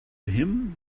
him